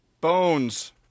Bones